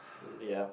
yup